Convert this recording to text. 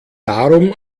darum